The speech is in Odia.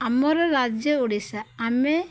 ଆମର ରାଜ୍ୟ ଓଡ଼ିଶା ଆମେ